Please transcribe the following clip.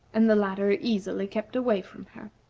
and the latter easily kept away from her.